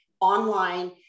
online